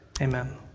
amen